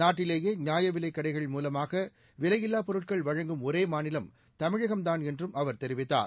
நாட்டிலேயே நியாயவிலைக் கடைகள் மூலமாக விலையில்லாப் பொருட்கள் வழங்கும் ஒரே மாநிலம் தமிழகம் தான் என்றும் அவர் தெரிவித்தார்